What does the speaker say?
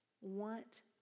want